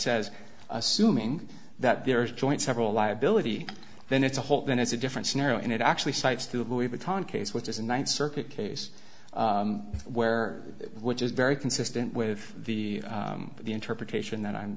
says assuming that there is a joint several liability then it's a whole then it's a different scenario and it actually cites to have a ton case which is in one circuit case where which is very consistent with the the interpretation that i'm